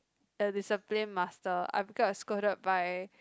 a discipline master I've got scolded by